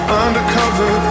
undercover